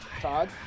Todd